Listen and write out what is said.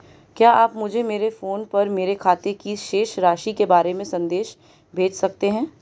क्या आप मुझे मेरे फ़ोन पर मेरे खाते की शेष राशि के बारे में संदेश भेज सकते हैं?